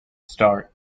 start